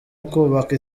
ukubaka